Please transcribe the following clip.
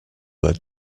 that